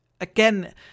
again